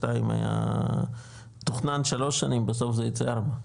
היה תוכנן שלוש שנים בסוף זה ייצא ארבע.